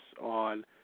on